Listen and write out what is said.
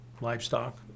livestock